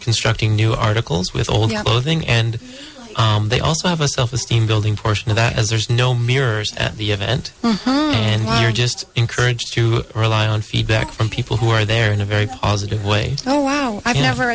constructing new articles with old thing and they also have a self esteem building portion of that as there is no mirrors at the event and we're just encouraged to rely on feedback from people who are there in a very positive way oh wow i've never